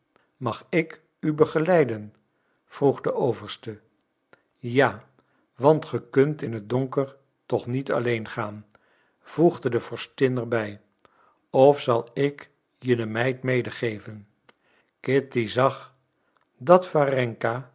mag ik u begeleiden vroeg de overste ja want ge kunt in het donker toch niet alleen gaan voegde de vorstin er bij of zal ik je de meid medegeven kitty zag dat warenka